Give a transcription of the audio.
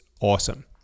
awesome